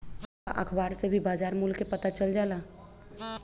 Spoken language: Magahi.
का अखबार से भी बजार मूल्य के पता चल जाला?